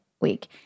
week